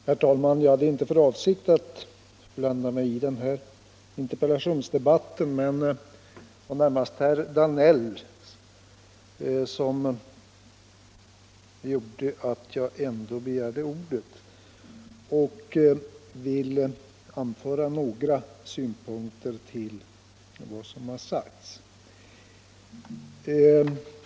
Herr talman! Jag hade inte för avsikt att blanda mig i den här interpellationsdebatten. Det var närmast herr Danells inlägg som gjorde att jag ändå begärde ordet för att anföra några synpunkter på vad som har sagts.